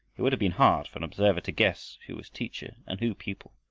it would have been hard for an observer to guess who was teacher and who pupil.